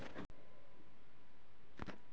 क्या प्रतिलाभ की दर माप की मुद्रा पर निर्भर होती है?